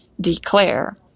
Declare